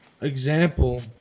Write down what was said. example